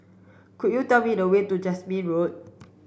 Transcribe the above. could you tell me the way to Jasmine Road